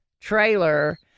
trailer